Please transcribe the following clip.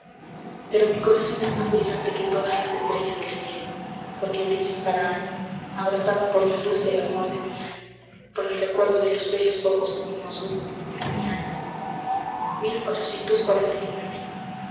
pero mi corazón es más brillante que todas las estrellas del cielo porque brilla para annie abrasado por la luz del amor de mi annie por el recuerdo de los bellos ojos luminosos de mi annie